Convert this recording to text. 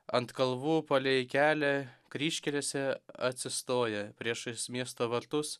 ant kalvų palei kelią kryžkelėse atsistoję priešais miesto vartus